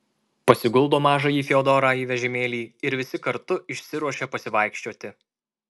pasiguldo mažąjį fiodorą į vežimėlį ir visi kartu išsiruošia pasivaikščioti